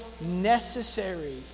necessary